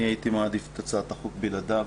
אני הייתי מעדיף את הצעת החוק בלעדיו.